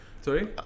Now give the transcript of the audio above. Sorry